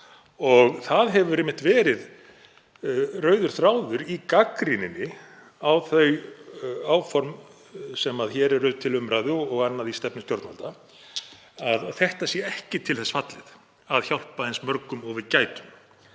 Það hefur einmitt verið rauður þráður í gagnrýni á þau áform sem hér eru til umræðu og annað í stefnu stjórnvalda að þetta sé ekki til þess fallið að hjálpa eins mörgum og við gætum,